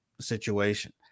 situation